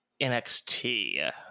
nxt